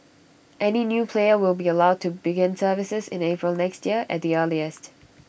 any new player will be allowed to begin services in April next year at the earliest